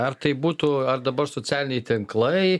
ar tai būtų ar dabar socialiniai tinklai